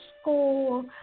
school